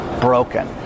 Broken